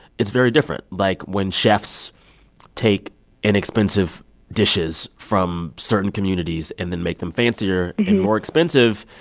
it's very different. like, when chefs take inexpensive dishes from certain communities and then make them fancier and more expensive,